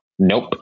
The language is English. Nope